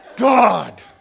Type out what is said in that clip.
God